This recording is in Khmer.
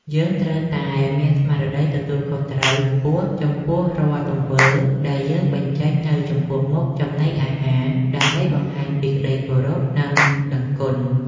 យើងត្រូវតែមានស្មារតីទទួលខុសត្រូវខ្ពស់ចំពោះរាល់ទង្វើដែលយើងបញ្ចេញនៅចំពោះមុខចំណីអាហារដើម្បីបង្ហាញពីក្តីគោរព និង ដឹងគុណ។